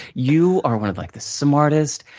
you are one of like the smartest,